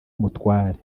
umutware